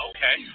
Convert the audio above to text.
Okay